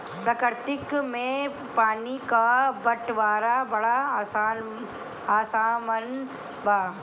प्रकृति में पानी क बंटवारा बड़ा असमान बा